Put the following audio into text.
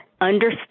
understand